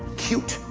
cute,